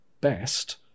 best